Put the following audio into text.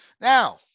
Now